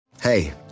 Hey